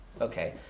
Okay